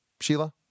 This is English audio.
Sheila